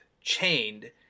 chained